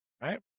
right